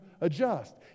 adjust